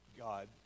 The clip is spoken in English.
God